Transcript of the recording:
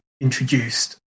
introduced